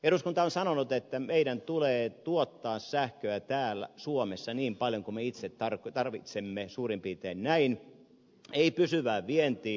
eduskunta on sanonut että meidän tulee tuottaa sähköä täällä suomessa niin paljon kuin me itse tarvitsemme suurin piirtein näin ei pysyvään vientiin